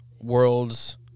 world's